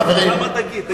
השאלה מה תגיד.